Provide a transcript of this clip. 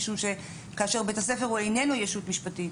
משום שכאשר בית הספר הוא איננו ישות משפטית,